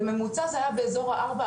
בממוצע זה היה באזור הארבע,